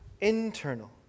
internal